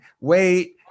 Wait